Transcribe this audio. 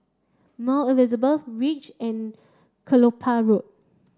Mount Elizabeth Reach and Kelopak Road